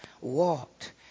walked